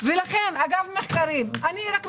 23.90 שקל, ויש גם ב-20 שקל.